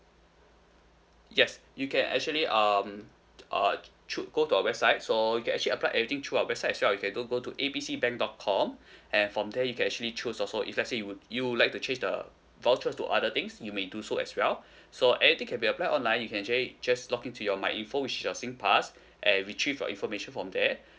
yes you can actually um uh through go to our website so you can actually apply everything through our website as well if you go go to A B C bank dot com and from there you can actually choose also if let's say you would you would like to change the voucher to other things you may do so as well so anything can be apply online you can actually just log in to your Myinfo which is your Singpass and retrieve your information from there